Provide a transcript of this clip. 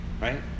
right